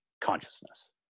consciousness